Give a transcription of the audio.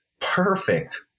perfect